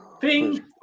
Ping